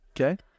Okay